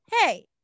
hey